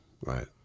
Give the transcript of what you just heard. Right